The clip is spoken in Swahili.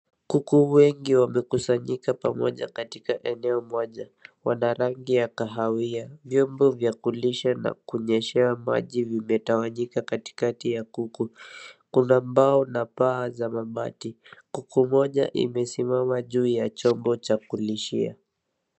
Kuku wengi wamekusanyika pamoja katika eneo moja. Wana rangi ya kahawia. Vyombo vya kulisha na kunyeshea maji vimetawanyika katikati ya kuku. Kuna mbao na paa za mabati. Kuku moja imesimama juu ya chombo cha kulishia.